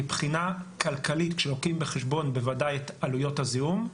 מבחינה כלכלית כשלוקחים בחשבון בוודאי את עלויות הזיהום,